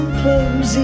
close